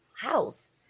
house